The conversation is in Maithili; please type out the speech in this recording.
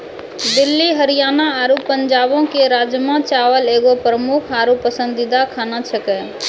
दिल्ली हरियाणा आरु पंजाबो के राजमा चावल एगो प्रमुख आरु पसंदीदा खाना छेकै